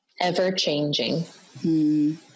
Ever-changing